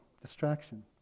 distraction